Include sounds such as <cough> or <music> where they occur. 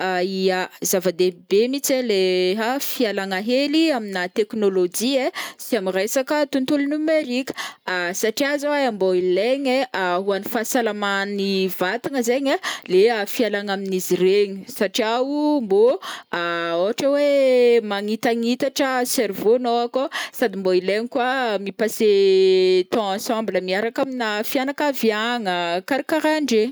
<hesitation> Ya zavadehibe mintsy a le fialagna hely amina teknolojia ai sy ami resaka tontolo nomerika, <hesitation> satria zao ai mbo ilaigny ai ho ani fahasalaman'ny vatagna zegny le fialagna aminizy iregny satriao mbô <hesitation> ôhatra oe <hesitation> magnitanitatra cerveau- gnô akao sady mbo ilaigny koa mipasser <hesitation> temps ensemble miaraka amina fianakaviagna a, karakarandreny.